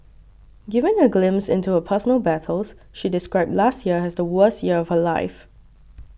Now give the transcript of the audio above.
giving a glimpse into her personal battles she described last year as the worst year of her life